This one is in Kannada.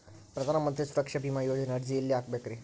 ಪ್ರಧಾನ ಮಂತ್ರಿ ಸುರಕ್ಷಾ ಭೇಮಾ ಯೋಜನೆ ಅರ್ಜಿ ಎಲ್ಲಿ ಹಾಕಬೇಕ್ರಿ?